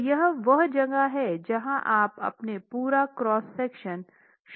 तो यह वह जगह है जहां आप अपना पूरा क्रॉस सेक्शन शुरू करते हैं